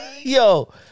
Yo